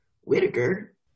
Whitaker